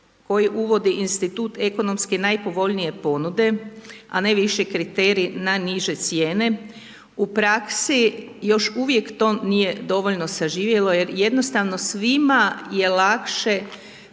koji uvodi institut ekonomski najpovoljnije ponude, a ne više kriterij na niže cijene, u praksi još uvijek to nije dovoljno saživjelo jer jednostavno svima je lakše